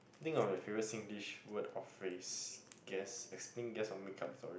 think of your favourite Singlish word of phases guess explain guess or make-up story